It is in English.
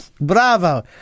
Bravo